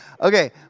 Okay